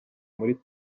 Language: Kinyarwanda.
muri